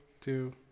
two